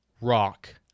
rock